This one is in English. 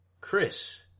Chris